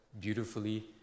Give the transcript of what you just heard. beautifully